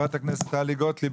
חברת הכנסת טלי גוטליב,